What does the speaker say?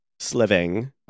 sliving